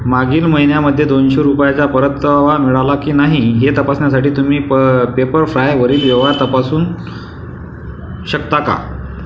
मागील महिन्यामध्ये दोनशे रुपयाचा परतावा मिळाला की नाही हे तपासण्यासाठी तुम्ही प पेपरफ्रायवरील व्यवहार तपासून शकता का